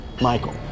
Michael